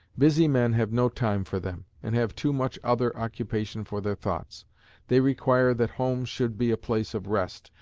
busy men have no time for them, and have too much other occupation for their thoughts they require that home should be a place of rest,